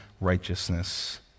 righteousness